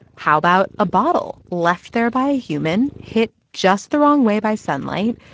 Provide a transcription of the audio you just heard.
how about a bottle, left there by human, hit just the wrong way by sunlight?